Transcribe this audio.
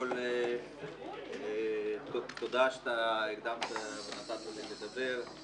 תודה שנתת לי לדבר.